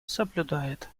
соблюдает